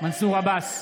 נגד החוק, בעד הדגל.